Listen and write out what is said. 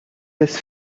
has